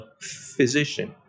physician